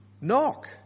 Knock